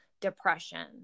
depression